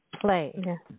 play